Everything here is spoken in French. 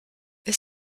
est